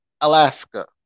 Alaska